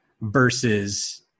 versus